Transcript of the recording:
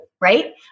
Right